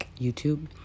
youtube